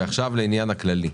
ועכשיו לעניין הכללי.